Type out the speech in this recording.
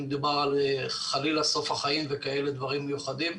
אם דובר על חלילה סוף החיים וכאלה דברים מיוחדים,